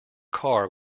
car